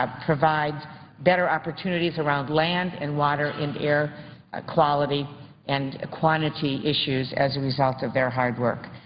ah provide better opportunities around land and water and air ah quality and quantity issues as a result of their hard work.